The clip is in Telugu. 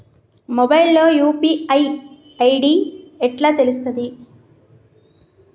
మొబైల్ లో యూ.పీ.ఐ ఐ.డి ఎట్లా తెలుస్తది?